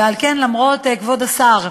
ועל כן, כבוד השר,